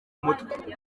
mutwe